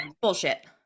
Bullshit